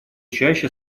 чаще